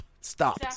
Stop